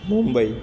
Mumbai